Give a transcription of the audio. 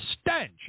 stench